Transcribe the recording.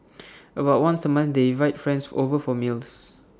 about once A month they invite friends over for meals